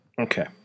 Okay